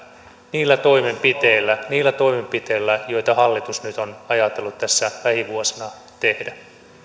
niillä toimenpiteillä niillä toimenpiteillä joita hallitus nyt on ajatellut tässä lähivuosina tehdä